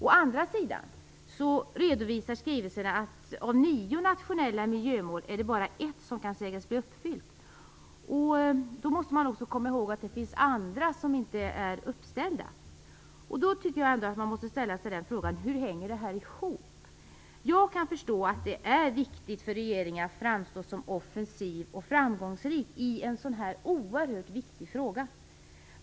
Å andra sidan redovisar skrivelserna att bara ett av nio nationella miljömål kan sägas bli uppfyllt. Då måste man också komma ihåg att det finns andra mål som inte är uppställda. Man måste ställa sig frågan hur det här hänger ihop. Jag kan förstå att det är viktigt för regeringen att framstå som offensiv och framgångsrik i en sådan här oerhört viktig fråga.